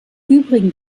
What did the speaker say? übrigen